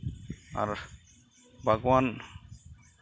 ᱟᱨ ᱵᱟᱜᱽᱣᱟᱱ